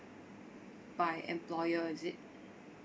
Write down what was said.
by employer is it